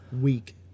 week